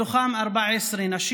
מתוכם 14 נשים,